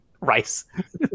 Rice